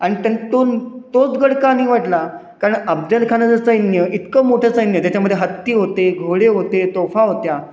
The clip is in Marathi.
आणि त्यां तो तोच गड का निवडला कारण अफजलखानाचं सैन्य इतकं मोठं सैन्य ज्याच्यामध्ये हत्ती होते घोडे होते तोफा होत्या